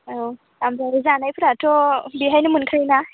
औ आरो जानायफोराथ' बेहायनो मोनखायो ना